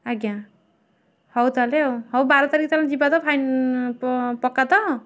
ଆଜ୍ଞା ହଉ ତାହେଲେ ଆଉ ହଉ ବାର ତାରିଖ ଯିବା ତାହେଲେ ଯିବା ତ ଫାଇ ପକ୍କା ତ